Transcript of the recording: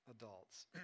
adults